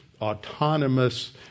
autonomous